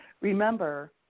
Remember